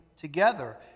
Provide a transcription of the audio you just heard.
together